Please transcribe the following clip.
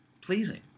pleasing